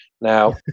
Now